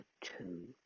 two